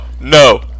No